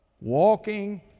walking